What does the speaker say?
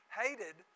hated